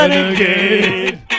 Renegade